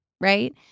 right